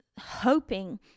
hoping